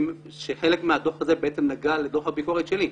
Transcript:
וחלק מהדוח הזה בעצם נגע לדוח הביקורת שלי,